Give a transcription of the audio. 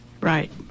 Right